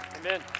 Amen